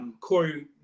Corey